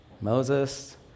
moses